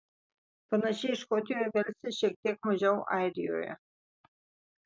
panašiai škotijoje velse šiek tiek mažiau airijoje